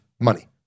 money